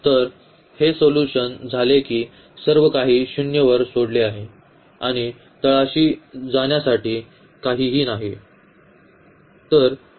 तर हे सोल्यूशन झाले की सर्व काही 0 वर सोडले आहे आणि तळाशी जाण्यासाठी काहीही नाही